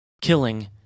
killing